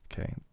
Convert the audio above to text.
okay